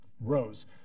rose